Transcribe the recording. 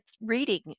reading